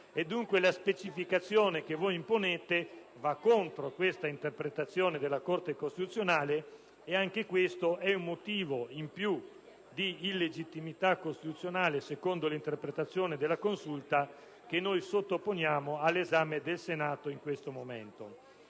Dunque, la specificazione che voi imponete va contro questa interpretazione della Corte costituzionale. È un motivo in più di illegittimità costituzionale secondo l'interpretazione della Consulta che si vuole in questo momento